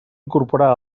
incorporar